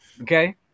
Okay